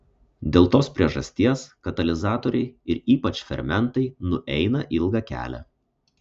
dėl tos priežasties katalizatoriai ir ypač fermentai nueina ilgą kelią